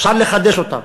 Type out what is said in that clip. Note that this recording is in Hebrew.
אפשר לחדש אותה.